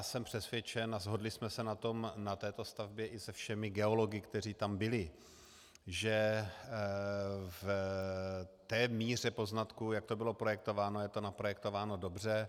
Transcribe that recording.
Jsem přesvědčen, a shodli jsme se na tom na této stavbě i se všemi geology, kteří tam byli, že v té míře poznatků, jak to bylo projektováno, je to naprojektováno dobře.